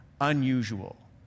unusual